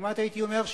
וכמעט הייתי אומר,